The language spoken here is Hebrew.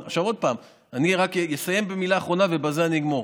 אני אסיים במילה אחרונה ובזה אגמור: